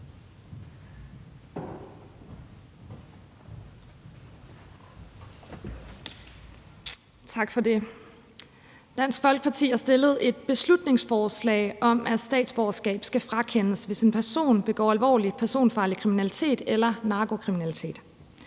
Tak for det. Dansk Folkeparti har fremsat et beslutningsforslag om, at statsborgerskabet skal frakendes, hvis en person begår alvorlig personfarlig kriminalitet eller narkokriminalitet.